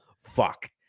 fuck